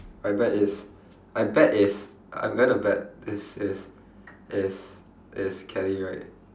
I bet it's I bet it's I'm going to bet it's it's it's it's kelly right